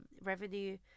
revenue